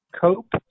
COPE